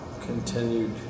continued